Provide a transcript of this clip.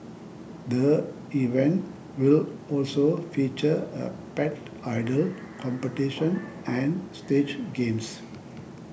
the event will also feature a Pet Idol competition and stage games